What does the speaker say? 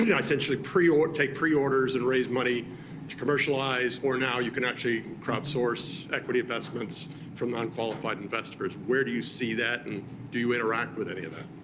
yeah essentially take preorders and raise money to commercialize. or now you can actually crowdsource equity investments from non-qualified investors. where do you see that, and do you interact with any of that?